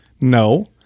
No